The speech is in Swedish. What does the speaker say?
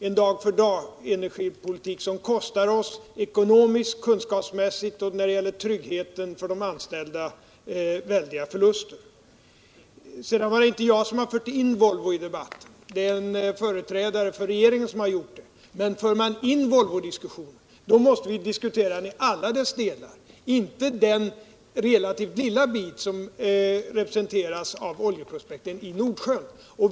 en dag-för-dag-energipolitik som ekonomiskt, kunskapsmässigt och när det gäller tryggheten för de anställda innebär väldiga förluster. Sedan var det inte jag som förde in Volvo i debatten. Det var en företrädare för regeringen som gjorde det. Men för man in Volvo i diskussionen, då måste vidiskutera den affären i alla dess deltar, inte den relativt lilla bit som utgörs av oljeprospektering i Nordsjön.